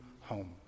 home